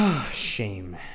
shame